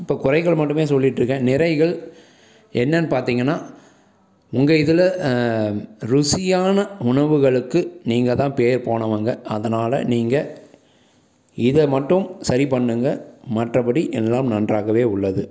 இப்போ குறைகள் மட்டுமே சொல்லிட்டுருக்கேன் நிறைகள் என்னென்று பார்த்தீங்கன்னா உங்கள் இதில் ருசியான உணவுகளுக்கு நீங்கள் தான் பேர் போனவங்க அதனால் நீங்கள் இதை மட்டும் சரி பண்ணுங்கள் மற்றபடி எல்லாம் நன்றாகவே உள்ளது